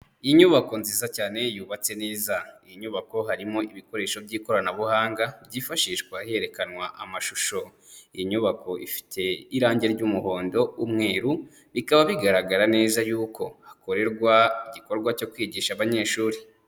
Inyubako nziza cyane yubatse neza, iyi nyubako harimo ibikoresho by'ikoranabuhanga byifashishwa herekanwa amashusho, inyubako ifite irangi ry'umuhondo, umweru bikaba bigaragara neza y'uko hakorerwa igikorwa cyo kwigisha abanyeshuri.